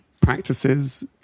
practices